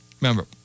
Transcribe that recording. Remember